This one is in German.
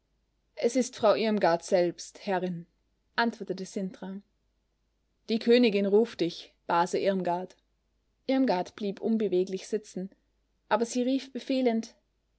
es ist frau irmgard selbst herrin antwortete sintram die königin ruft dich base irmgard irmgard blieb unbeweglich sitzen aber sie rief befehlend